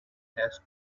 has